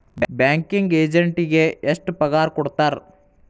Banking ಎಜೆಂಟಿಗೆ ಎಷ್ಟ್ ಪಗಾರ್ ಕೊಡ್ತಾರ್?